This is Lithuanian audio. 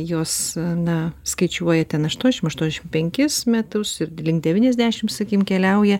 jos na skaičiuoja ten aštuonšim aštuonšim penkis metus ir link devyniasdešim sakykim keliauja